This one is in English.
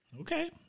okay